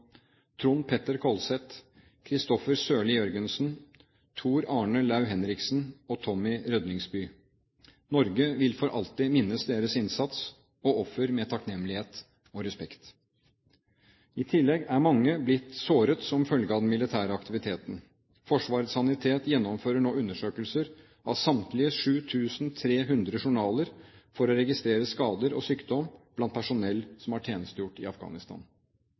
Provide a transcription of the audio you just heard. Trond Petter Kolset, Kristoffer Sørli Jørgensen, Tor Arne Lau-Henriksen og Tommy Rødningsby. Norge vil for alltid minnes deres innsats og offer med takknemlighet og respekt. I tillegg er mange blitt såret som følge av den militære aktiviteten. Forsvarets sanitet gjennomfører nå undersøkelser av samtlige 7 300 journaler for å registrere skader og sykdom blant personell som har tjenestegjort i Afghanistan.